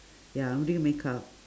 ya I'm doing makeup